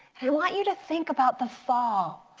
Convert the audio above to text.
i want you to think about the fall.